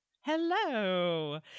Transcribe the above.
Hello